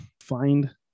find